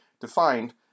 defined